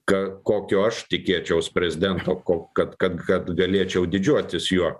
ką kokio aš tikėčiaus prezidento ko kad kad kad galėčiau didžiuotis juo